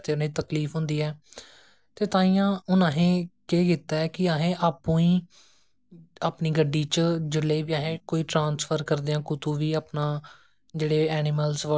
ओह्बी उस उस टाइम च ओह्बी आर्ट एंड कराफ्ट करदी ही लेकिन ओह् उस टाइम च केह् करदियां हियां कि उंदा आर्ट एंड कराफ्ट आंदा हां भाए जियां कढाइयां होई गेइयां सुटे दियां बुनाइयां होई गेइयां